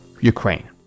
Ukraine